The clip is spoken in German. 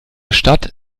stadt